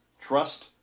trust